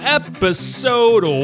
episode